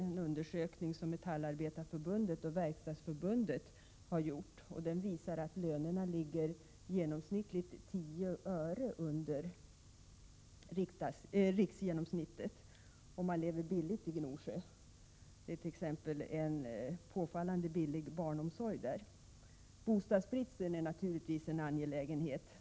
En undersökning gjord av Metallarbetareförbundet och Verkstadsförbundet visar att lönerna i Gnosjö ligger tio öre under riksgenomsnittet. Man lever billigt i Gnosjö, bl.a. är kostnaden för barnomsorg påfallande låg. Bostadsbristen är naturligtvis en lokal angelägenhet.